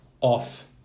off